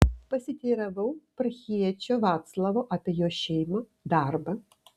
pasiteiravau prahiečio vaclavo apie jo šeimą darbą